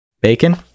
Bacon